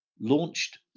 launched